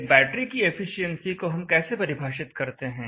एक बैटरी की एफिशिएंसी को हम कैसे परिभाषित करते हैं